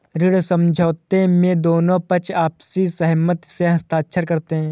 ऋण समझौते में दोनों पक्ष आपसी सहमति से हस्ताक्षर करते हैं